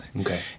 Okay